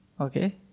Okay